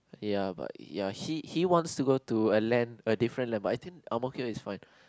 ya but ya he he wants to go to a land a different landmark I think Ang-Mo-Kio is fine